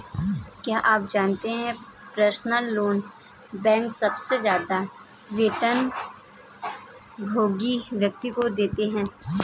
क्या आप जानते है पर्सनल लोन बैंक सबसे ज्यादा वेतनभोगी व्यक्ति को देते हैं?